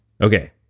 Okay